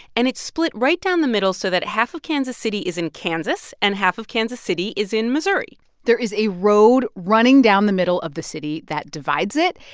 and it's split right down the middle so that half of kansas city is in kansas and half of kansas city is in missouri there is a road running down the middle of the city that divides it.